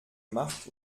macht